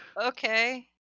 Okay